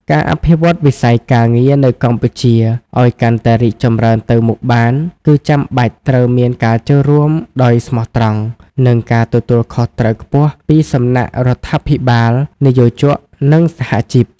ការអភិវឌ្ឍវិស័យការងារនៅកម្ពុជាឱ្យកាន់តែរីកចម្រើនទៅមុខបាន គឺចាំបាច់ត្រូវមានការចូលរួមដោយស្មោះត្រង់ និងការទទួលខុសត្រូវខ្ពស់ពីសំណាក់រដ្ឋាភិបាល និយោជក និងសហជីព។